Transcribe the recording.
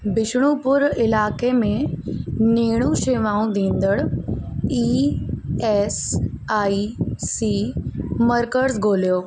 बिष्णुपुर इलाइक़े में नेणू शेवाऊं ॾींदड़ ई एस आई सी मर्कज़ ॻोल्हियो